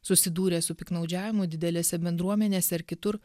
susidūrę su piktnaudžiavimu didelėse bendruomenėse ar kitur